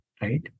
right